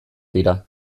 dira